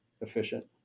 efficient